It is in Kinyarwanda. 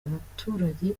abaturage